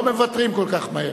לא מוותרים כל כך מהר.